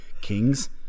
kings